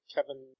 Kevin